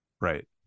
Right